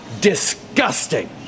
disgusting